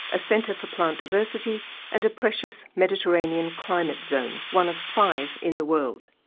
a centre for plant diversity and a precious mediterranean climate zone, one of five in the world.